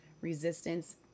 resistance